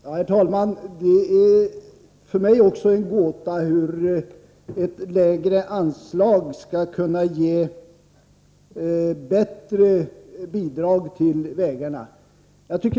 Herr talman! Även för mig är det en gåta hur ett lägre anslag skall kunna innebära ett bättre bidrag till vägarna.